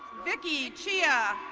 vicky chia.